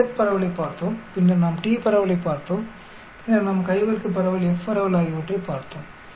நாம் Z பரவலைப் பார்த்தோம் பின்னர் நாம் t பரவலைப் பார்த்தோம் பின்னர் நாம் கை வர்க்க பரவல் F பரவல் ஆகியவற்றைப் பார்த்தோம்